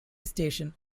station